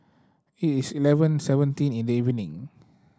it is eleven seventeen in the evening